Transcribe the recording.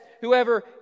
whoever